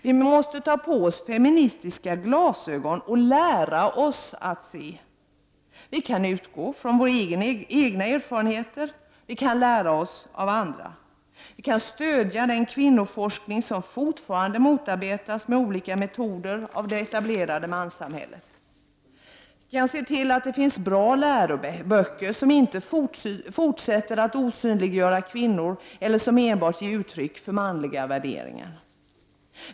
Vi måste ta på oss feministiska glasögon och lära oss att se! Vi kan utgå från våra egna erfarenheter och lära oss av andra. Vi kan stödja den kvinnoforskning som fortfarande motarbetas med olika metoder av det etablerade manssamhället. Vi kan se till att det finns bra läroböcker som inte fortsätter att osynliggöra kvinnor och som inte enbart ger uttryck för manliga värderingar.